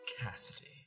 Cassidy